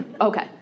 Okay